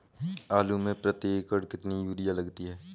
आलू में प्रति एकण कितनी यूरिया लगती है?